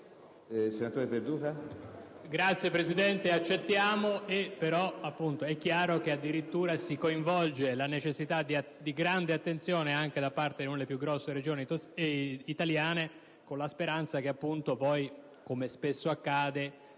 di riformulazione, però è chiaro che addirittura si coinvolge la necessità di grande attenzione anche da parte di una delle più grosse Regioni italiane, con la speranza che poi, come spesso accade,